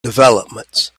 developments